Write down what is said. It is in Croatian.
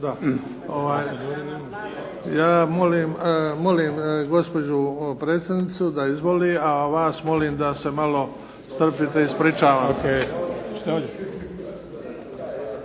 Ja molim gospođu predsjednicu da izvoli, a vas molim da se malo strpite. Ispričavam